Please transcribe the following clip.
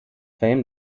fame